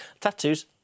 Tattoos